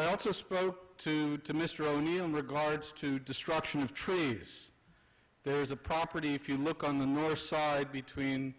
i also spoke to to mr o'neill in regards to destruction of trees there's a property if you look on the north side between